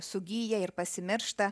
sugyja ir pasimiršta